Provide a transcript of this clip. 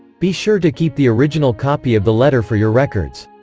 be sure to keep the original copy of the letter for your records.